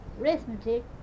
Arithmetic